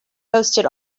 hosted